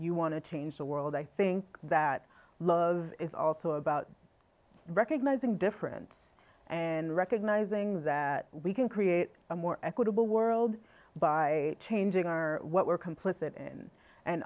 you want to change the world i think that love it's also about recognizing difference and recognizing that we can create a more equitable world by changing our what we're complicit in and